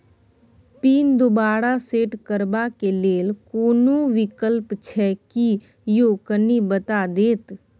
Pin दोबारा set करबा के लेल कोनो विकल्प छै की यो कनी बता देत?